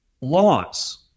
laws